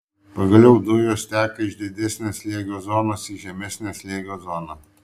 pagaliau dujos teka iš didesnio slėgio zonos į žemesnio slėgio zoną